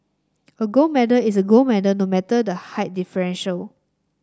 a gold medal is a gold medal no matter the height differential